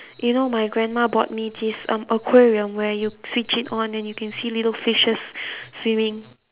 you know my grandma brought me this um aquarium where you switch it on and you can see little fishes swimming